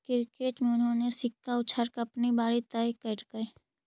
cricket में उन्होंने सिक्का उछाल कर अपनी बारी तय करकइ